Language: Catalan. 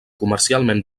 comercialment